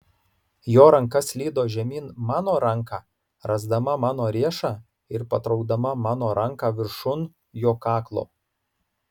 jo ranka slydo žemyn mano ranką rasdama mano riešą ir patraukdama mano ranką viršun jo kaklo